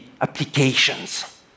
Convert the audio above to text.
applications